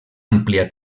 àmplia